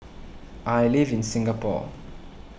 I live in Singapore